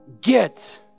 get